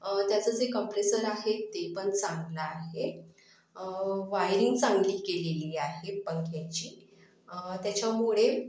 त्याचं जे कंप्रेसर आहे ते पण चांगलं आहे वायरिंग चांगली केलेली आहे पंख्याची त्याच्यामुळे